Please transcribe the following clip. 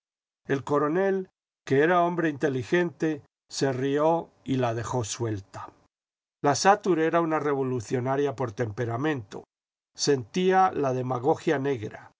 el coronel que era hombre inteligente se rió y la dejó suelta la satur era una revolucionaria por temperamento sentía la demagogia negra